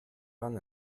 vingt